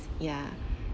ya